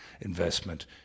investment